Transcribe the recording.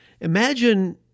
imagine